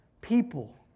people